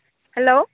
hello